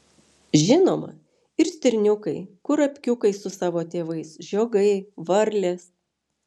žinoma ir stirniukai kurapkiukai su savo tėvais žiogai varlės